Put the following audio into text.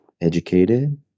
educated